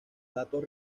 datos